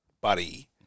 Buddy